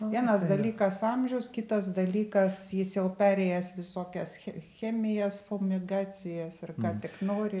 vienas dalykas amžius kitas dalykas jis jau perėjęs visokias che chemijas fumigacijas ir ką tik nori